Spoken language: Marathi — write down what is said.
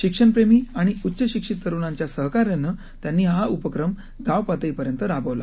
शिक्षणप्रेमीआणिउच्चशिक्षिततरुणांच्यासहकार्यानंत्यांनीहाउपक्रमगावपातळीपर्यंतराबवला